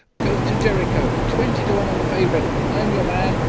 go to jericho! twenty to one on the favourite! i'm your man!